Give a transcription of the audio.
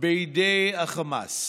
בידי החמאס.